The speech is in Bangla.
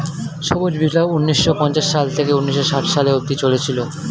সবুজ বিপ্লব ঊন্নিশো পঞ্চাশ সাল থেকে ঊন্নিশো ষাট সালে অব্দি চলেছিল